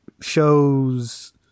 shows